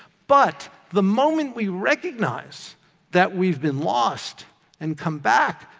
but the moment we recognize that we've been lost and come back,